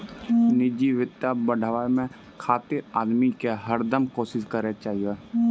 निजी वित्त बढ़ाबे खातिर आदमी के हरदम कोसिस करना चाहियो